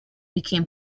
became